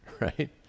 right